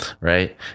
right